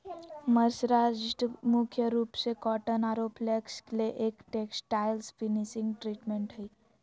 mercerised मुख्य रूप से कॉटन आरो फ्लेक्स ले एक टेक्सटाइल्स फिनिशिंग ट्रीटमेंट हई